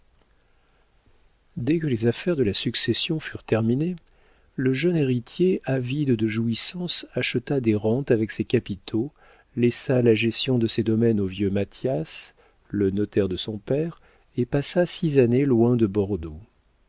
dès que les affaires de la succession furent terminées le jeune héritier avide de jouissances acheta des rentes avec ses capitaux laissa la gestion de ses domaines au vieux mathias le notaire de son père et passa six années loin de bordeaux